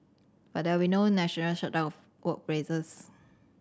but there will no national shutdown workplaces